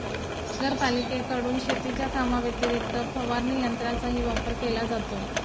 नगरपालिकेकडून शेतीच्या कामाव्यतिरिक्त फवारणी यंत्राचाही वापर केला जातो